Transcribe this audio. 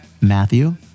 Matthew